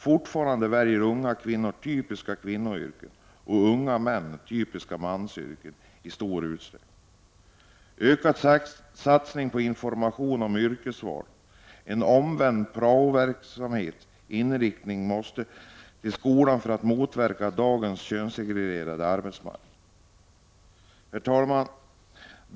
Fortfarande väljer unga kvinnor typiska kvinnoyrken och unga män typiska mansyrken i stor utsträckning. Ökade satsningar på information om yrkesval och en ”omvänd” prao-inriktning måste till i skolorna för att motverka dagens könssegregerade arbetsmarknad. Herr talman!